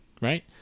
Right